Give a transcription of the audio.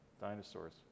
dinosaurs